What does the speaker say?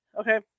Okay